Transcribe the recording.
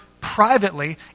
privately